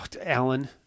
alan